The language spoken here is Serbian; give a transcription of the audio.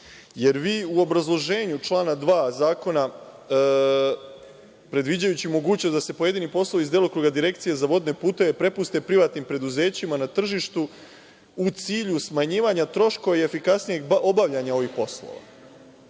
jer vi u obrazloženju člana 2. Zakona, predviđajući mogućnost da se pojedini poslovi iz delokruga Direkcije za vodne puteve prepuste privatnim preduzećima na tržištu, u cilju smanjivanja troškova i efikasnijeg obavljanja ovih poslova. Vi